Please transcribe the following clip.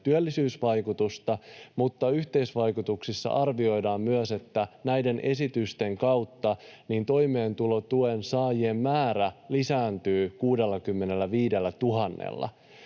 työllisyysvaikutusta, mutta yhteisvaikutuksista arvioidaan myös, että näiden esitysten kautta toimeentulotuen saajien määrä lisääntyy 65 000:lla.